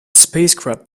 spacecraft